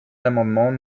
l’amendement